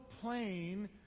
plane